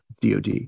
DoD